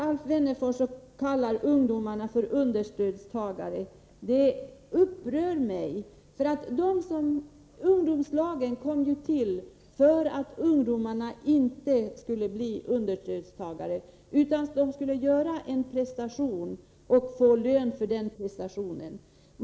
Alf Wennerfors kallade ungdomarna för understödstagare, och det upprör mig. Ungdomslagen kom ju till för att ungdomarna inte skulle bli understödstagare. De skulle göra en prestation och få lön för denna.